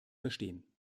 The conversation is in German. verstehen